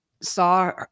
saw